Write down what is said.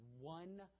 One